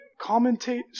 commentate